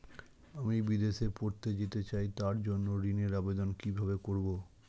আমি বিদেশে পড়তে যেতে চাই তার জন্য ঋণের আবেদন কিভাবে করব?